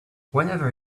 whenever